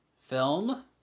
film